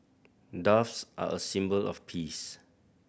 doves are a symbol of peace